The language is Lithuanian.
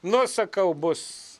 nu sakau bus